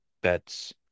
bets